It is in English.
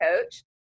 coach